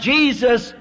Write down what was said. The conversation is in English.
Jesus